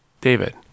David